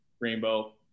rainbow